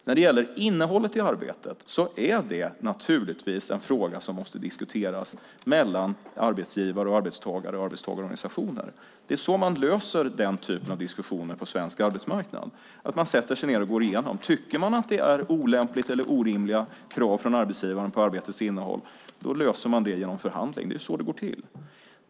När det gäller innehållet i arbetet är det naturligtvis en fråga som måste diskuteras mellan arbetsgivare, arbetstagare och arbetstagarorganisationer. Det är så man löser den typen av diskussioner på svensk arbetsmarknad. Man sätter sig ned och går igenom ifall man tycker att kraven från arbetsgivaren är olämpliga eller orimliga vad gäller arbetets innehåll. Tycker man det löser man det hela genom förhandling. Det är så det går till.